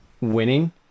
winning